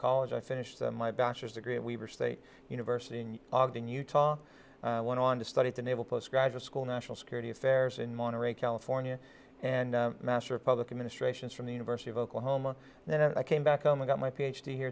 college i finished my bachelor's degree and we were state university in ogden utah and went on to study at the naval postgraduate school national security affairs in monterey california and master of public administration from the university of oklahoma and then i came back home i got my ph d here